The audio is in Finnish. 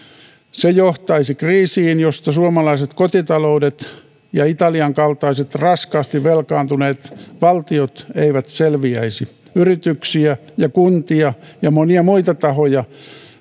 se johtaisi kriisiin josta suomalaiset kotitaloudet ja italian kaltaiset raskaasti velkaantuneet valtiot eivät selviäisi myös yrityksiä ja kuntia ja monia muita tahoja